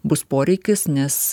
bus poreikis nes